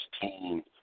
team